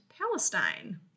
Palestine